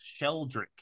Sheldrick